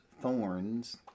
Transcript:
thorns